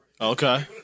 Okay